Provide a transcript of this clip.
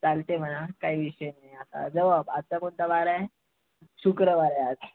चालत आहे म्हणा काही विषय नाही आत्ता जाऊ आप आत्ता कोणता वार आहे शुक्रवार आहे आज